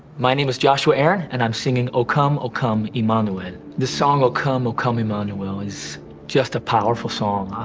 my name is joshua aaron and i'm singing oh come, oh come, emmanuel. the song oh come, oh come, emmanuel is just a powerful song.